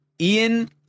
Ian